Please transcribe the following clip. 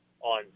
on